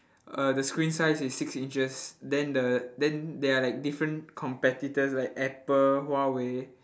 uh the screen size is six inches then the then there are like different competitors like apple huawei